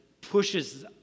pushes